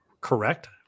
correct